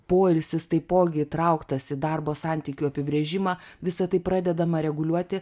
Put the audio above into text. poilsis taipogi įtrauktas į darbo santykių apibrėžimą visa tai pradedama reguliuoti